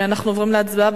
הצבעה.